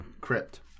crypt